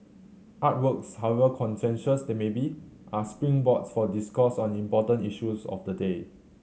artworks however contentious they may be are springboards for discourse on important issues of the day